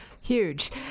Huge